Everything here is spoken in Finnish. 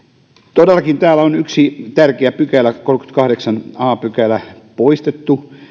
todellakin täältä on yksi tärkeä pykälä kolmaskymmeneskahdeksas a pykälä poistettu